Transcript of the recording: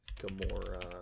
Gamora